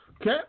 Okay